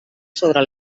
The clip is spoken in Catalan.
sobre